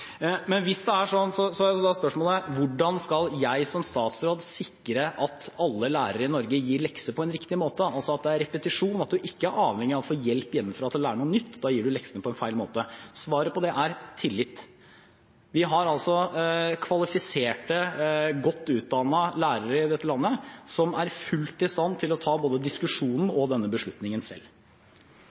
Men hvis det er slik, er spørsmålet: Hvordan skal jeg som statsråd sikre at alle lærere i Norge gir lekser på en riktig måte? Det er altså at det er repetisjon, at en ikke er avhengig av å få hjelp hjemmefra til å lære noe nytt – da gir en lekser på feil måte. Svaret på det er tillit. Vi har kvalifiserte, godt utdannede lærere i dette landet som fullt ut er i stand til å ta både diskusjonen og denne beslutningen selv.